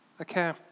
Okay